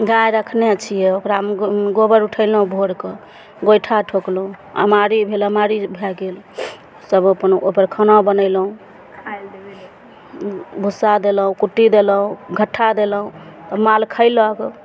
गाय रखने छियै ओकरामे गो गोबर उठेलहुॅं भोरकऽ गोइठा ठोकलहुॅं अमारी भेल अमारी भए गेल तब ओहिपर अपन खाना बनेलहुॅं खाइ लए देलियै भुस्सा देलहुॅं कुट्टी देलहुॅं घट्ठा देलहुॅं आ माल खैलक